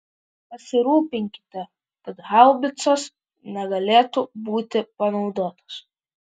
pasirūpinkite kad haubicos negalėtų būti panaudotos